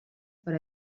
per